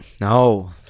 no